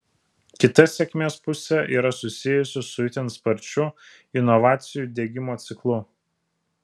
kita sėkmės pusė yra susijusi su itin sparčiu inovacijų diegimo ciklu